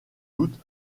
doute